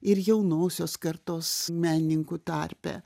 ir jaunosios kartos menininkų tarpe